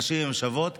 נשים הן שוות,